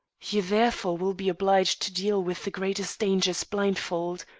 you therefore will be obliged to deal with the greatest dangers blindfold.